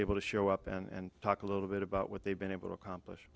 able to show up and talk a little bit about what they've been able to accomplish